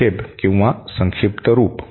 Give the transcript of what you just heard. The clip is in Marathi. संक्षेप किंवा संक्षिप्त रुप